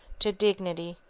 to dignity,